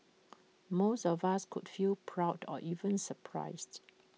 most of us could feel proud or even surprised